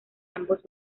ambos